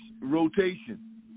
rotation